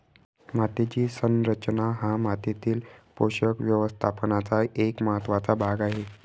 मातीची संरचना हा मातीतील पोषक व्यवस्थापनाचा एक महत्त्वाचा भाग आहे